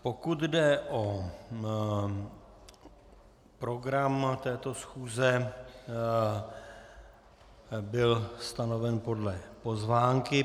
Pokud jde o program této schůze, byl stanoven podle pozvánky.